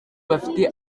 bafite